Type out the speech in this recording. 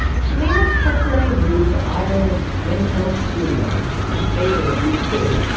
she made a temporary move to ireland's windmill studios, a favorite of u two,